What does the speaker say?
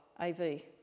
A-V